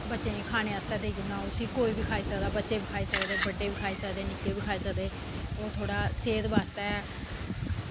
ते बच्चें गी खानै आस्तै देई ओड़ना ते उसी कोई बी खाई सकदा बच्चे बी खाई सकदे बड्डे बी खाई सकदे निक्के बी खाई सकदे ओह् थोह्ड़ा सेह्त आस्तै